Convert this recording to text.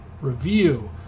review